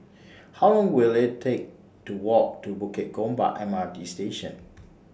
How Long Will IT Take to Walk to Bukit Gombak M R T Station